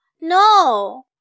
No